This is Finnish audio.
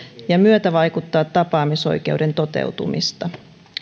ja myötävaikuttaa tapaamisoikeuden toteutumista